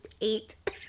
eight